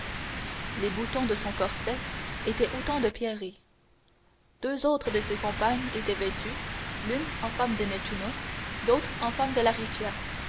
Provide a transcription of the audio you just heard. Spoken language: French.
les boutons de son corset étaient autant de pierreries deux autres de ses compagnes étaient vêtues l'une en femme de nettuno l'autre en femme de la